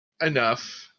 enough